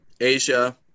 Asia